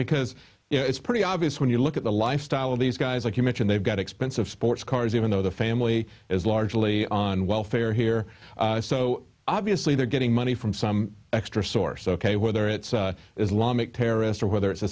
because it's pretty obvious when you look at the lifestyle of these guys like you mentioned they've got expensive sports cars even though the family is largely on welfare here so obviously they're getting money from some extra source ok whether it's islamic terrorists or whether it's the